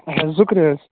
اَچھا زُکرِ حظ